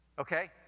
Okay